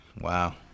Wow